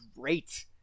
great